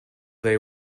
they